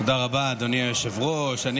תודה רבה, אדוני היושב-ראש.